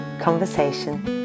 conversation